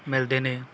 ਮਿਲਦੇ ਨੇ